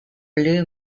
blue